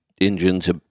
engines